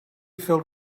filled